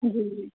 जी जी